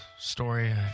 Story